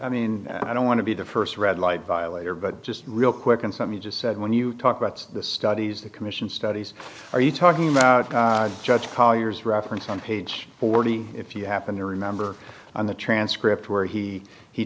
i mean i don't want to be the first red light violator but just real quick and some you just said when you talk about the studies the commission studies are you talking about judge colliers reference on page forty if you happen to remember on the transcript where he he